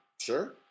Sure